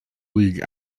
league